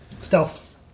Stealth